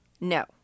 No